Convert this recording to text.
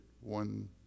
one